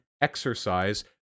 exercise